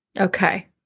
Okay